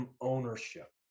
ownership